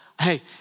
Hey